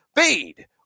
feed